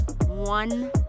one